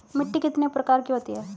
मिट्टी कितने प्रकार की होती हैं?